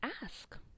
Ask